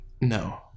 No